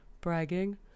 bragging